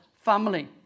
family